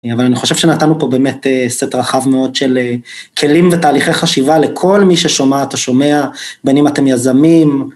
אבל אני חושב שנתנו פה באמת סט רחב מאוד של כלים ותהליכי חשיבה לכל מי ששומעת, או שומע, בין אם אתם יזמים...